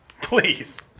Please